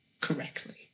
correctly